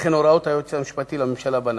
וכן הוראות היועץ המשפטי לממשלה בנדון.